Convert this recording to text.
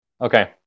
Okay